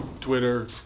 Twitter